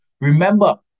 Remember